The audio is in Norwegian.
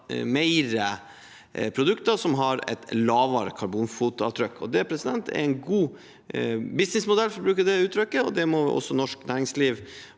flere produkter som har et lavere karbonfotavtrykk. Det er en god businessmodell, for å bruke det uttrykket, og norsk næringsliv